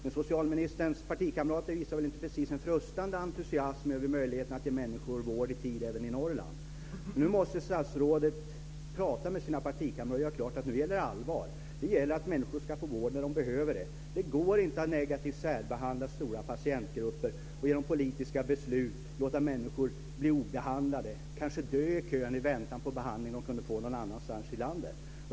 Men socialministerns partikamrater visar väl inte precis någon frustande entusiasm över möjligheten att ge människor vård i tid även i Norrland. Nu måste statsrådet prata med sina partikamrater och göra klart för dem att nu är det allvar. Nu gäller det att människor ska vård när de behöver det. Det går inte att negativt särbehandla stora patientgrupper och genom politiska beslut låta människor bli obehandlade, kanske dö i kön i väntan på behandling som de hade kunnat få någon annanstans i landet.